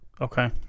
okay